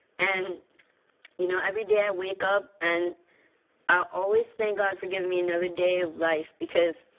and you know, every day i wake up and i always thank god for giving me another day of life. because